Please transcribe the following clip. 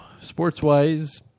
sports-wise